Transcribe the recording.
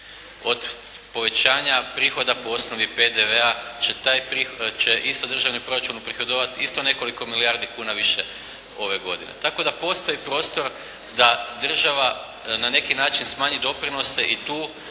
Od povećanja prihoda po osnovi PDV-a će taj prihod, će isto Državni proračun uprihodovati isto nekoliko milijardi kuna više ove godine. Tako da postoji prostor da država na neki način smanji doprinose i tu